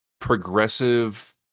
progressive